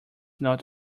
not